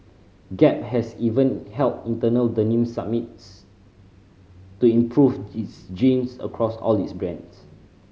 Gap has even held internal denim summits to improve its jeans across all its brands